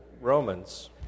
Romans